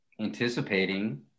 anticipating